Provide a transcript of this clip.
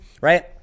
right